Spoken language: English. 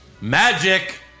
magic